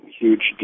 huge